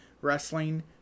wrestling